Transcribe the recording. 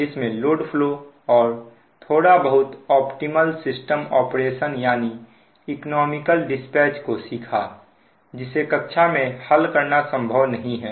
जिसमें load flow और थोड़ा बहुत ऑप्टिमल सिस्टम ऑपरेशन यानी इकोनॉमिकल लोड डिस्पैच को सीखा जिसे कक्षा में हल करना संभव नहीं है